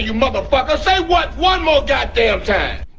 yeah but say, what one more goddamn time?